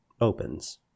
opens